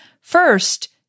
First